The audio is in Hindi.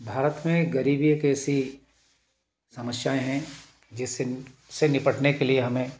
भारत में गरीबी एक ऐसी समस्याएँ हैं जिससे निपटने के लिए हमें